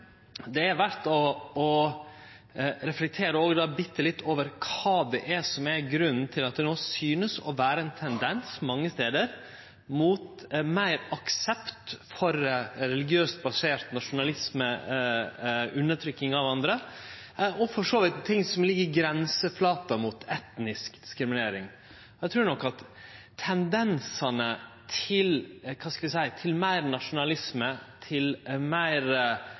er òg verdt å reflektere litt over kva det er som er grunnen til at det no synest å vere ein tendens mange stader til større aksept for religiøst basert nasjonalisme, undertrykking av andre og for så vidt også ting som ligg i grenselandet mot etnisk diskriminering. Eg trur nok at tendensane til meir nasjonalisme og meir sjølvhevding basert på etnisitet og livssyn som vi